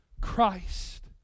Christ